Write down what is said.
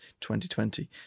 2020